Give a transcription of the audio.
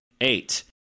eight